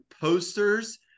posters